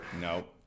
Nope